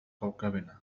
كوكبنا